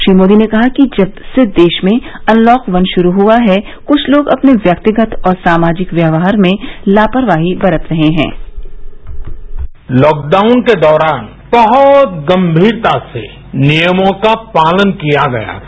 श्री मोदी ने कहा कि जब से देश में अनलॉक वन शुरू हुआ है कुछ लोग अपने व्यक्तिगत और सामाजिक व्यवहार में लापरवाही बरत रहे हैं लॉकडाउन के दौरान बहुत गंगीरतासे नियमों का पालन किया गया था